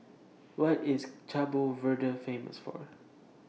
What IS Cabo Verde Famous For